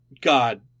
God